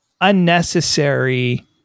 unnecessary